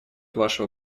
вашего